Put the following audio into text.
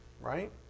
right